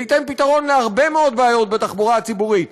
זה ייתן פתרון להרבה מאוד בעיות בתחבורה הציבורית.